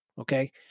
Okay